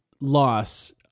loss